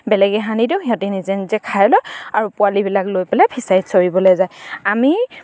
বেলেগে সানি দিওঁ সিহঁতি নিজে নিজে খাই লয় আৰু পোৱালিবিলাক লৈ পেলাই ফিচাৰীত চৰিবলে যায় আমি